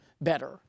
Better